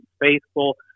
faithful